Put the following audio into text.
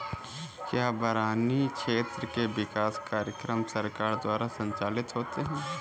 क्या बरानी क्षेत्र के विकास कार्यक्रम सरकार द्वारा संचालित होते हैं?